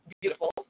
beautiful